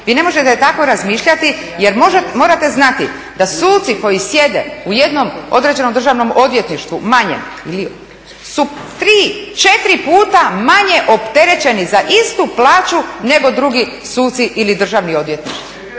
Vi ne možete tako razmišljati jer morate znati da suci koji sjede u jednom određenom državnom odvjetništvu manjem ili su 3, 4 puta manje opterećeni za istu plaću nego drugi suci ili državno odvjetništvo.